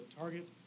target